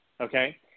okay